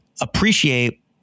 appreciate